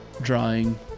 drawing